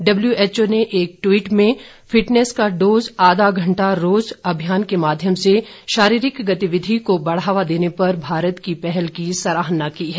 WHO ने एक tweet संदेश में फिटनेस का डोज आधा घंटा रोज अभियान के माध्यम से शारीरिक गतिविधि को बढ़ावा देने पर भारत की पहल की सराहना की है